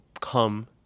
come